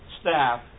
staff